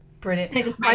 Brilliant